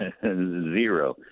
zero